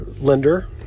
lender